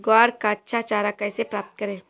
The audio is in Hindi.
ग्वार का अच्छा चारा कैसे प्राप्त करें?